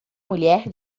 mulher